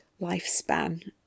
lifespan